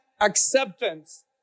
acceptance